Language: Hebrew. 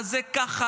ההוא ככה,